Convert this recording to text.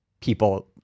people